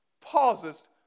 pauses